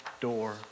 door